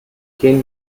gehen